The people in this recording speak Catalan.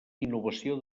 innovació